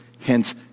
Hence